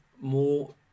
more